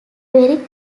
very